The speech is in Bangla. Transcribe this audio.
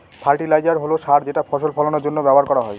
ফার্টিলাইজার হল সার যেটা ফসল ফলানের জন্য ব্যবহার করা হয়